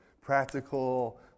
practical